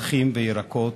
פרחים וירקות,